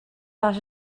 lot